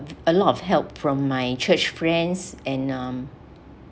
a lot of help from my church friends and um